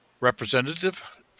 representative